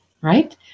right